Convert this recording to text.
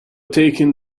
taken